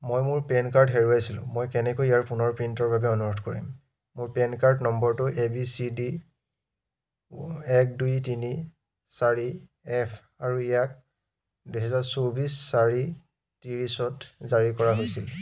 মই মোৰ PAN card হেৰুৱাইছিলোঁ মই কেনেকৈ ইয়াৰ পুনৰ প্ৰিণ্টৰ বাবে অনুৰোধ কৰিম মোৰ পেন কাৰ্ড নম্বৰটো এ বি চি ডি এক দুই তিনি চাৰি এফ আৰু ইয়াক দুহেজাৰ চৌবিছ চাৰি ত্ৰিছত জাৰী কৰা হৈছিল